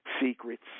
secrets